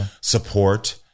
support